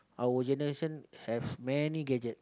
our generation have many gadget